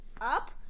up